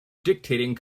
dictating